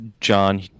John